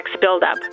buildup